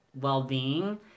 well-being